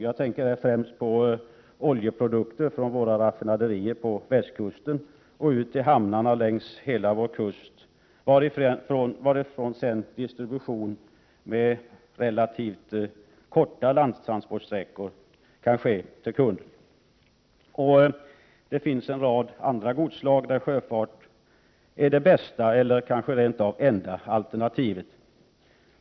Jag tänker främst på oljeprodukter från våra raffinaderier på västkusten och ut till hamnarna längs hela vår kust, varifrån sedan distribution relativt korta landtransportsträckor kan ske till kunderna. Det finns en rad andra godstransporter där sjöfarten är det bästa, kanske rent av det enda alternativet.